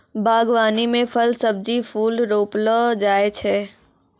बागवानी मे फल, सब्जी, फूल रौपलो जाय छै